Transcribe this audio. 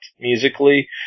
musically